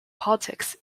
politics